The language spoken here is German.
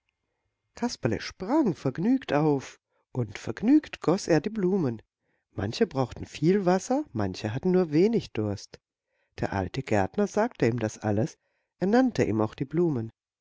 kasperle sprang vergnügt auf und vergnügt goß er die blumen manche brauchten viel wasser manche hatten nur wenig durst der alte gärtner sagte ihm das alles er nannte ihm auch die blumen